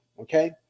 Okay